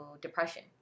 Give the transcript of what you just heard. depression